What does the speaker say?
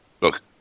look